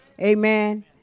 Amen